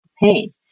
pain